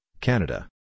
Canada